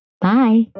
Bye